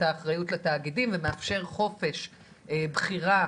את האחריות לתאגידים ומאפשר חופש בחירה